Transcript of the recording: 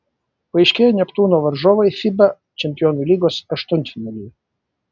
paaiškėjo neptūno varžovai fiba čempionų lygos aštuntfinalyje